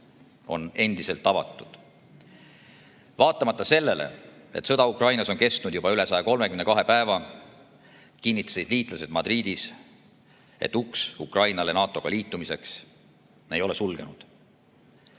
on endiselt avatud. Vaatamata sellele, et sõda Ukrainas on kestnud juba 132 päeva, kinnitasid liitlased Madridis, et uks Ukrainale NATO-ga liitumiseks ei ole sulgunud.